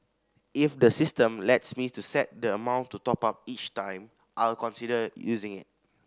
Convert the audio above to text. if the system lets me to set the amount to top up each time I'll consider using it